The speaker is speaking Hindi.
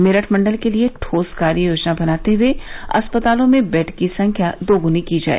मेरठ मंडल के लिए ठोस कार्य योजना बनाते हए अस्पतालों में बेड की संख्या दोगुनी की जाए